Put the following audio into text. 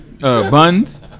Buns